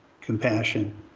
compassion